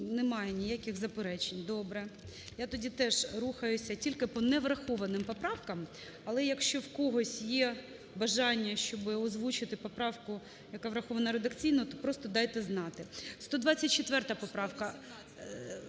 немає ніяких заперечень. Добре. Я тоді теж рухаюся тільки по неврахованим поправкам. Але якщо в когось є бажання, щоби озвучити поправку, яка врахована редакційно, то просто дайте знати. 124 поправка.